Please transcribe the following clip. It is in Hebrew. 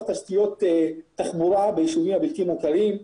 תשתיות תחבורה ביישובים הבלתי מוכרים.